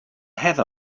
heather